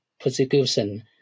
persecution